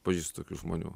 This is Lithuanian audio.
pažįstu tokių žmonių